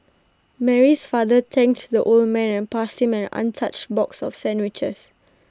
Mary's father thanked the old man and passed him an untouched box of sandwiches